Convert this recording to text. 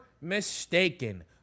mistaken